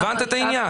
הבנת את העניין?